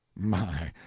my,